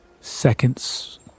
Seconds